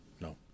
No